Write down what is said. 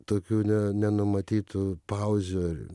tokių ne nenumatytų pauzių ar